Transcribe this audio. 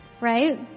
right